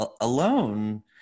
alone